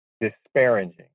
disparaging